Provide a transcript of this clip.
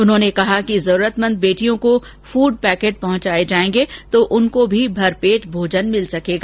उन्होंने कहा कि जरूरतमंद बेटियों को फूड पैकिट पहुंचाएंगे तो उनको भी भरपेट भोजन मिल सकेगा